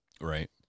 Right